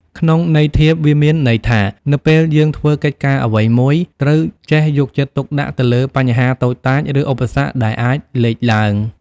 ក្នុងន័យធៀប វាមានន័យថា នៅពេលយើងធ្វើកិច្ចការអ្វីមួយ ត្រូវចេះយកចិត្តទុកដាក់លើបញ្ហាតូចតាច ឬឧបសគ្គដែលអាចលេចឡើង។